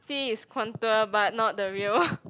see is contour but not the real